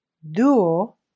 Duo